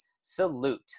salute